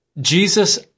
Jesus